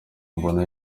mbona